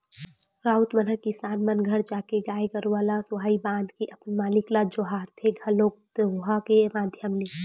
राउत मन ह किसान मन घर जाके गाय गरुवा ल सुहाई बांध के अपन मालिक ल जोहारथे घलोक दोहा के माधियम ले